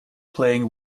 playing